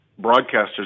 broadcasters